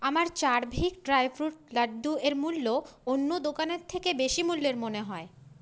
আমার চারভিক dry fruit লাড্ডুর মূল্য অন্য দোকানের থেকে বেশি মূল্যের মনে হয়